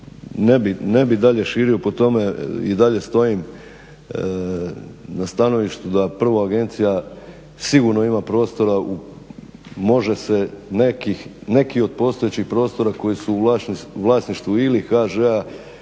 ne bi dalje širio po tome i dalje stojim na stajalištu da prvo agencija sigurno ima prostora, može se neki od postojećih prostora koji su u vlasništvu ili HŽ-a,